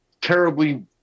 terribly